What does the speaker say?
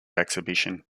exhibition